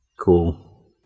Cool